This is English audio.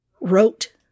Wrote